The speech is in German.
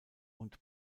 und